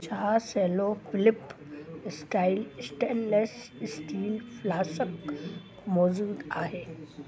छा Cello flip style stainless steel flask मौज़ूदु आहे